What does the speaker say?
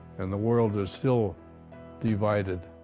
and the world is still divided.